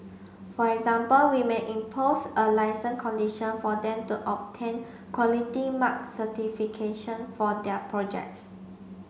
for example we may impose a licence condition for them to obtain Quality Mark certification for their projects